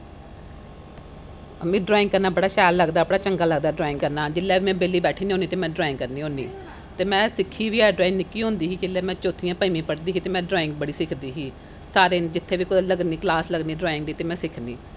मिगी ड्राईंग करना बड़ा शैल लगदा बड़ा चंगा लगदा ड्राईंग करना जिसलै में बेल्ली बैट्ठी दी होनी तां में ड्राईंग करनी होन्नी ते में सिक्खी बी ऐ जिसलै निक्की होंदी ही चौथी जां पंजमीं पढ़दी ही ते में ड्राईंग बड़ी स्हेई करदी ही सारे दिन जित्थें बी लग्गनी कलास लग्गनी ड्राईंग दी ते में सिक्खनी